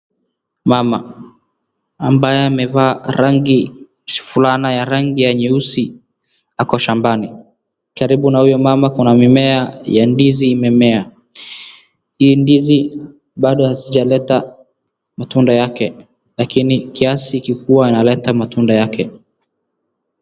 Mama ambaye amevaa fulana ya rangi ya nyeusi ako shambani. Karibu na huyo mama kuna mimea ya ndizi imemea. Hii ndizi bado hazijaleta matunda yake. Lakini kiasi ikikuwa inaleta matunda yake.